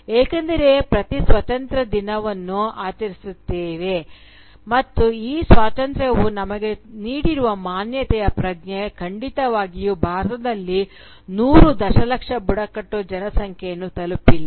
ಏಕೆಂದರೆ ಪ್ರತಿ ಸ್ವಾತಂತ್ರ್ಯ ದಿನವನ್ನು ಆಚರಿಸುತ್ತೇವೆ ಮತ್ತು ಈ ಸ್ವಾತಂತ್ರ್ಯವು ನಮಗೆ ನೀಡಿರುವ ಮಾನ್ಯತೆಯ ಪ್ರಜ್ಞೆ ಖಂಡಿತವಾಗಿಯೂ ಭಾರತದಲ್ಲಿ ನೂರು ದಶಲಕ್ಷ ಬುಡಕಟ್ಟು ಜನಸಂಖ್ಯೆಯನ್ನು ತಲುಪಿಲ್ಲ